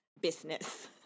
business